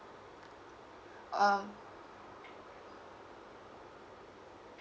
um